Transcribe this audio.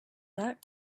that